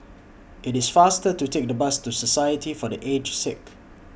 IT IS faster to Take The Bus to Society For The Aged Sick